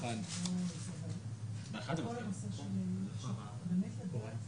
15,000, מזומן רק 10%. ומה עם